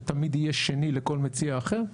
הוא תמיד יהיה שני לכל מציע אחר,